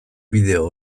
bideo